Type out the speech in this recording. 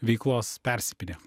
veiklos persipynė